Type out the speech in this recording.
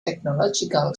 technological